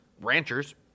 ranchers